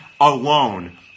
alone